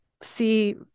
see